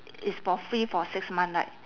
it's for free for six months right